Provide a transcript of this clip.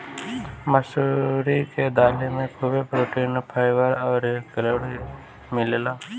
मसूरी के दाली में खुबे प्रोटीन, फाइबर अउरी कैलोरी मिलेला